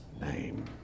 name